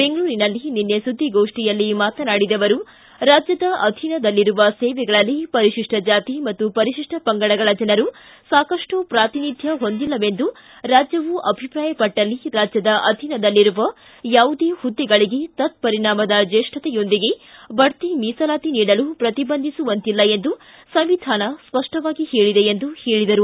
ಬೆಂಗಳೂರಿನಲ್ಲಿ ನಿನ್ನೆ ಸುದ್ದಿಗೋಷ್ಠಿಯಲ್ಲಿ ಮಾತನಾಡಿದ ಅವರು ರಾಜ್ಯದ ಅಧೀನದಲ್ಲಿರುವ ಸೇವೆಗಳಲ್ಲಿ ಪರಿಶಿಷ್ಟ ಜಾತಿ ಮತ್ತು ಪರಿಶಿಷ್ಟ ಪಂಗಡಗಳ ಜನರು ಸಾಕಷ್ಟು ಪ್ರಾತಿನಿಧ್ದ ಹೊಂದಿಲ್ಲವೆಂದು ರಾಜ್ಯವು ಅಭಿಪ್ರಾಯಪಟ್ಟಲ್ಲಿ ರಾಜ್ಯದ ಅಧೀನದಲ್ಲಿರುವ ಯಾವುದೇ ಹುದ್ದೆಗಳಿಗೆ ತತ್ವರಿಣಾಮದ ಜೇಷ್ವತೆಯೊಂದಿಗೆ ಬಡ್ತಿ ಮೀಸಲಾತಿ ನೀಡಲು ಪ್ರತಿಬಂಧಿಸುವಂತಿಲ್ಲ ಎಂದು ಸಂವಿಧಾನ ಸ್ಪಷ್ಟವಾಗಿ ಹೇಳಿದೆ ಎಂದು ಹೇಳಿದರು